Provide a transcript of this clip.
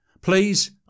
Please